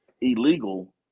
illegal